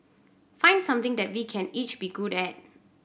find something that we can each be good at